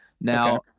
now